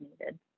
needed